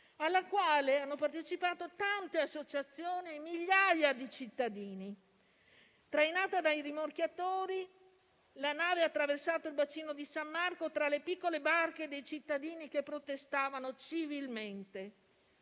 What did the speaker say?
alla quale hanno partecipato tante associazioni e migliaia di cittadini. Trainata dai rimorchiatori, la nave ha attraversato il bacino di San Marco tra le piccole barche dei cittadini che protestavano civilmente.